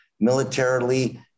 militarily